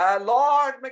Lord